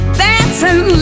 dancing